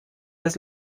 des